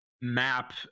map